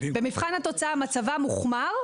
במבחן התוצאה: מצבם הוחמר,